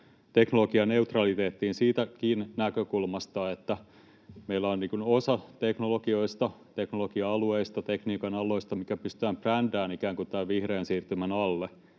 teknologianeutraliteettiin siitäkin näkökulmasta, että meillä osa teknologioista, teknologia-alueista, tekniikan aloista, pystytään brändäämään ikään kuin tämän vihreän siirtymän alle.